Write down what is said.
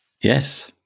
yes